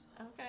Okay